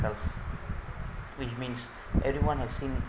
itself which means everyone have seen